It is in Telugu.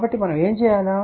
కాబట్టి మనం ఏమి చేయాలి